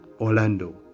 Orlando